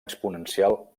exponencial